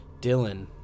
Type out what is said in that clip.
Dylan